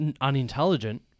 unintelligent